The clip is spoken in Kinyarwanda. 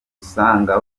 usanga